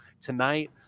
tonight